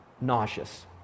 nauseous